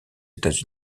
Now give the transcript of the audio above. états